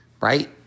right